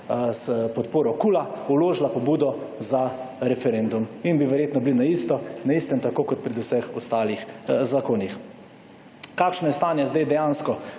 s podporo KUL vložila pobudo za referendum. In bi verjetno bili na istem, tako kot pri vseh ostalih zakonih. Kakšno je stanje sedaj dejansko